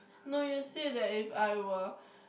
no you say that if I were